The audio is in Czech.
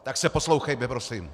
Tak se poslouchejme, prosím.